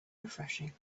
refreshing